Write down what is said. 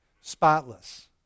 spotless